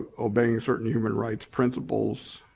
obeying certain human rights principles,